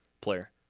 player